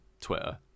Twitter